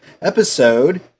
Episode